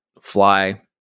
fly